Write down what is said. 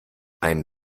einen